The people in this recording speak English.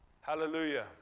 Hallelujah